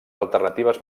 alternatives